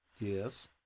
Yes